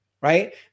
right